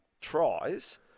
Tries